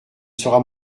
sera